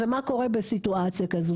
ומה קורה בסיטואציה כזו?